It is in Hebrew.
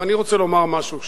ואני רוצה לומר משהו.